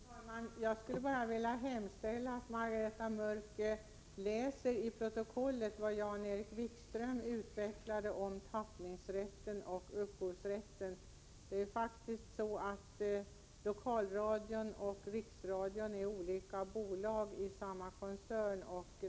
Fru talman! Jag skulle bara vilja hemställa att Margareta Mörck läser i protokollet vad Jan-Erik Wikström uttalade om tappningsrätten och upphovsrätten. Det är faktiskt så att lokalradion och riksradion är olika bolag i samma koncern.